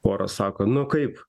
pora sako nu kaip